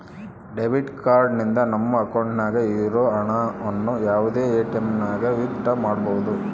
debit card ನಿಂದ ನಮ್ಮ ಅಕೌಂಟ್ನಾಗ ಇರೋ ಹಣವನ್ನು ಯಾವುದೇ ಎಟಿಎಮ್ನಾಗನ ವಿತ್ ಡ್ರಾ ಮಾಡ್ಬೋದು